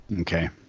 Okay